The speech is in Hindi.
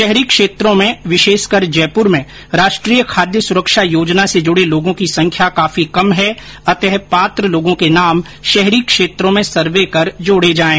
शहरी क्षेत्रों में विशेषकर जयपुर में राष्ट्रीय खाद्य सुरक्षा योजना से जुड़े लोगों की संख्या काफी कम है अतः पात्र लोगों के नाम शहरी क्षेत्रों में सर्वे कर जोड़े जाएं